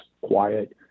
quiet